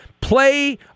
play